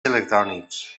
electrònics